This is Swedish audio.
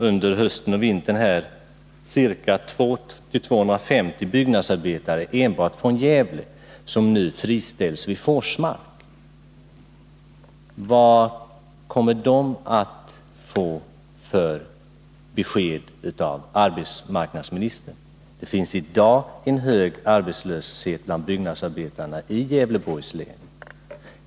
Under hösten och vintern kommer dessutom 200-250 byggnadsarbetare enbart från Gävle att friställas vid Forsmark. Vad kommer de att få för besked av arbetsmarknadsministern? Det finns i dag en stor arbetslöshet bland byggnadsarbetarna i Gävleborgs län.